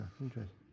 interesting